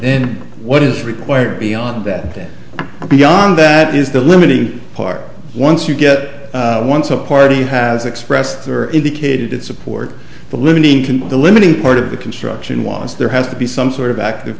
then what is required beyond that beyond that is the limiting part once you get it once a party has expressed or indicated its support for limiting the limiting part of the construction was there has to be some sort of active